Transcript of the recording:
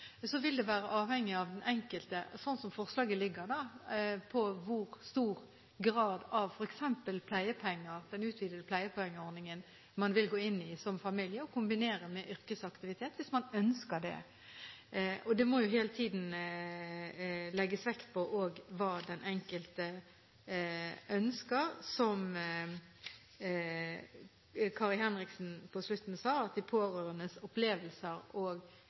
Så vil det være avhengig av den enkelte, sånn som forslaget foreligger, hvor stor grad av f.eks. pleiepenger – den utvidede pleiepengeordningen – man vil gå inn i, som familie, og kombinere med yrkesaktivitet, hvis man ønsker det. Det må hele tiden legges vekt på hva den enkelte ønsker, som Kari Henriksen på slutten sa, at det må tas utgangspunkt i de pårørendes opplevelser